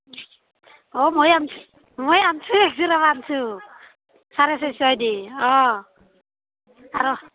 অঁ মই আনিছোঁ মই আনিছোঁ এযোৰা আনিছোঁ চাৰে ছশ দি অঁ আৰু